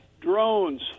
drones